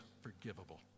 forgivable